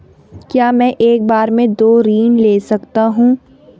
क्या मैं एक बार में दो ऋण ले सकता हूँ?